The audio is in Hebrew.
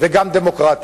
וגם דמוקרטית.